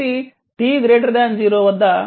కాబట్టి t 0 వద్ద i 0